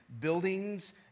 buildings